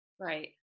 Right